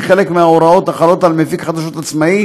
חלק מההוראות החלות על מפיק חדשות עצמאי